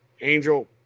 Angel